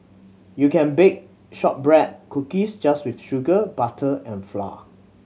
you can bake shortbread cookies just with sugar butter and flour